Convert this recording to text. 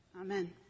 Amen